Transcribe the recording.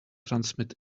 transmit